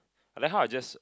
I like how I just